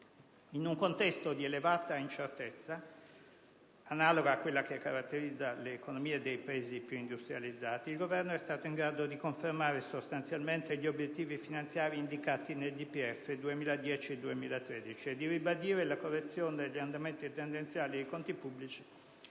In un contesto di elevata incertezza, analoga a quella che caratterizza le economie dei Paesi più industrializzati, il Governo è stato in grado di confermare sostanzialmente gli obiettivi finanziari indicati nel DPEF 2010-2013 e di ribadire la correzione degli andamenti tendenziali dei conti pubblici